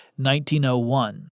1901